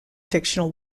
fictional